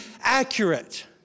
accurate